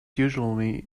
usually